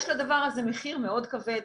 יש לדבר הזה מחיר מאוד כבד,